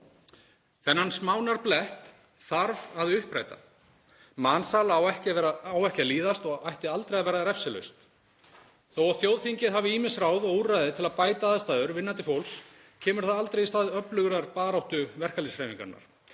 Þennan smánarblett þarf að uppræta. Mansal á ekki að líðast og ætti aldrei að vera refsilaust. Þótt þjóðþingið hafi ýmis ráð og úrræði til að bæta aðstæður vinnandi fólks kemur það aldrei í stað öflugrar baráttu verkalýðshreyfingarinnar.